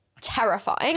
terrifying